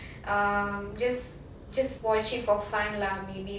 um just just watch it for fun lah maybe